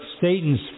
Satan's